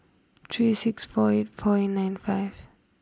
three six four eight four eight nine five